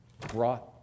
brought